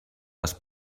les